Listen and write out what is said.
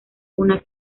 una